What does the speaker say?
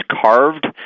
carved